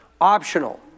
optional